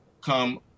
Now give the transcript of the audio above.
come